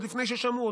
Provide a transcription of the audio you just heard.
עוד לפני ששמעו,